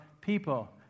people